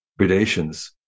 predations